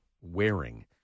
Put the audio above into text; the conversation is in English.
wearing